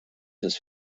his